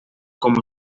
como